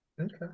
Okay